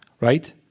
right